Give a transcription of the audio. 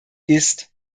ist